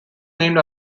named